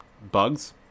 bugs